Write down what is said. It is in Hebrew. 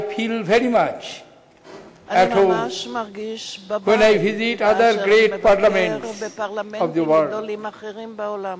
אני מרגיש ממש בבית כאשר אני מדבר בפרלמנטים גדולים אחרים בעולם,